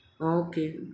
okay